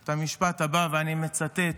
את המשפט הבא, ואני מצטט: